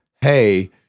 hey